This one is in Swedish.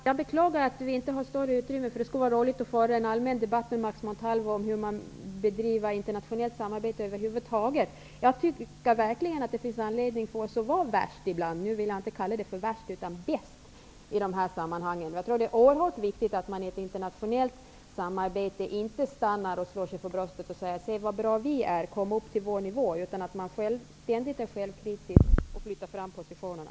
Herr talman! Jag beklagar att vi inte har större tidsutrymme, därför att det skulle vara roligt att få föra en allmän debatt med Max Montalvo om hur man över huvud taget bedriver internationellt samarbete. Jag tycker verkligen att det finns anledning för oss att ibland vara värst -- nu vill jag inte kalla det för värst utan bäst -- i dessa sammanhang. Det är oerhört viktigt att man i ett internationellt samarbete inte stannar upp, slår sig för bröstet och säger: Se vad bra vi är. Kom upp till vår nivå. I stället skall vi ständigt självkritiskt flytta fram positionerna.